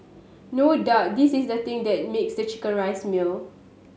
no doubt this is the thing that makes the chicken rice meal